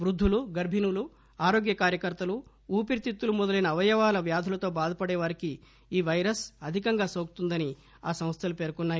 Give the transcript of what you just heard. వృద్దులుగర్బిణులు ఆరోగ్య కార్యకర్తలు ఊపిరితిత్తులు మొదలైన అవయవాల వ్యాధులతో బాధపడేవారికి ఈ పైరస్ అధికంగా నోకుతుందని ఆ సంస్థలు పేర్కొన్సాయి